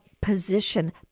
position